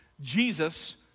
Jesus